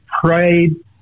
prayed